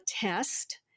test